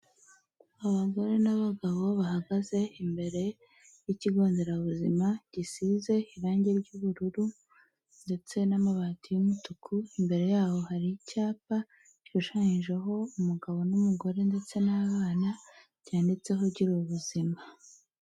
Abagore n'abagabo bahagaze imbere y'ikigo nderabuzima gisize irangi ry'ubururu ndetse n'amabati' y'umutuku, imbere yaho hari icyapa gishushanyijeho umugabo n'umugore ndetse n'abana byanditseho gira ubuzima.